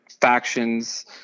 factions